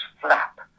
flap